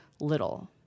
little